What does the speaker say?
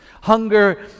Hunger